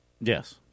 Yes